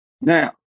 Now